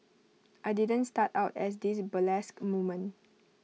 I didn't start out as this burlesque woman